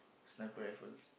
sniper rifles